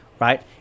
right